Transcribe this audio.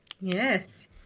Yes